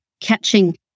catching